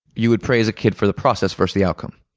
you would praise a kid for the process versus the outcome.